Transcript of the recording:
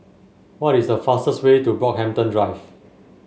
what is the fastest way to Brockhampton Drive